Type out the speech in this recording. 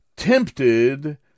tempted